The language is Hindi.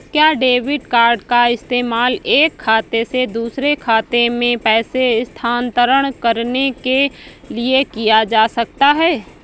क्या डेबिट कार्ड का इस्तेमाल एक खाते से दूसरे खाते में पैसे स्थानांतरण करने के लिए किया जा सकता है?